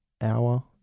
hour